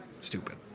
stupid